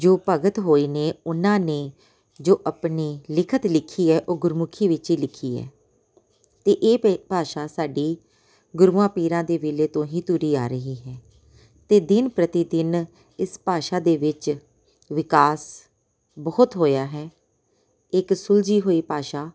ਜੋ ਭਗਤ ਹੋਏ ਨੇ ਉਨ੍ਹਾ ਨੇ ਜੋ ਆਪਣੀ ਲਿਖਤ ਲਿਖੀ ਹੈ ਉਹ ਗੁਰਮੁਖੀ ਵਿੱਚ ਹੀ ਲਿਖੀ ਹੈ ਅਤੇ ਇਹ ਭੇ ਭਾਸ਼ਾ ਸਾਡੀ ਗੁਰੂਆ ਪੀਰਾਂ ਦੇ ਵੇਲੇ ਤੋਂ ਹੀ ਤੁਰੀ ਆ ਰਹੀ ਹੈ ਅਤੇ ਦਿਨ ਪ੍ਰਤੀ ਦਿਨ ਇਸ ਭਾਸ਼ਾ ਦੇ ਵਿੱਚ ਵਿਕਾਸ ਬਹੁਤ ਹੋਇਆ ਹੈ ਇੱਕ ਸੁਲਝੀ ਹੋਈ ਭਾਸ਼ਾ